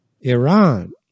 Iran